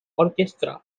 orchestra